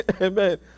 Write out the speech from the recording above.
Amen